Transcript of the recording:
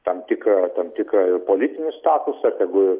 tam tikrą tam tikrą politinį statusą tegu ir